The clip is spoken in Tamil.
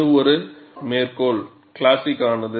இது ஒரு மேற்கோள் கிளாசிக் ஆனது